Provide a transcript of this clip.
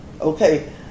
okay